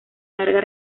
larga